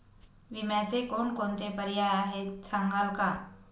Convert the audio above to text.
विम्याचे कोणकोणते पर्याय आहेत सांगाल का?